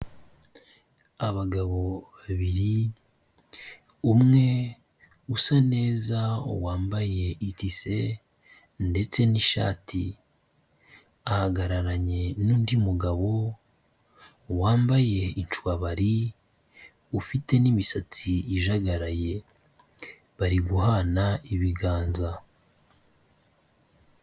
Abagabo babiri umwe usa neza wambaye itise ndetse n'ishati, ahagararanye n'undi mugabo wambaye incwabari ufite n'imisatsi ijagaraye, bari guhana ibiganza.